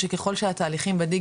נחרוג רגע מהפרוטוקול,